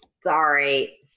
Sorry